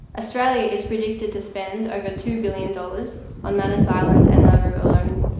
australia is predicted to spend over two billion dollars on manus island and nauru alone